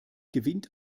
gewinnt